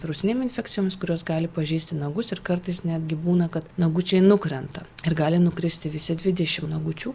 virusinėm infekcijomis kurios gali pažeisti nagus ir kartais netgi būna kad nagučiai nukrenta ir gali nukristi visi dvidešim nagučių